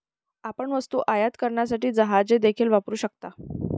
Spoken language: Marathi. आपण वस्तू आयात करण्यासाठी जहाजे देखील वापरू शकता